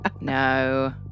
No